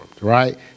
right